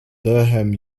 durham